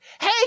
hey